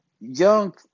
young